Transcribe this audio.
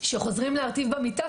שחוזרים להרטיב במיטה.